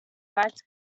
writes